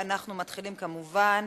אנחנו מתחילים כמובן,